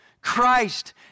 Christ